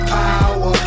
power